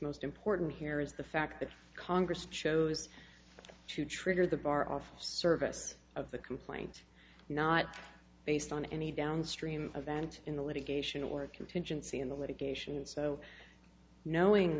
most important here is the fact that congress chose to trigger the bar off service of the complaint not based on any downstream event in the litigation or contingency